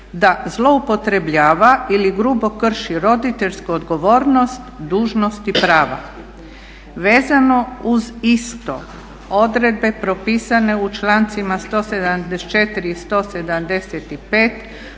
da zloupotrjebljava ili grubo krši roditeljsku odgovornost dužnost i prava. Vezano uz isto odredbe propisane u člancima 174. i 175.